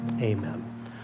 Amen